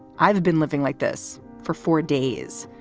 i've been living like this for four days.